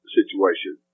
situation